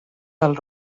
del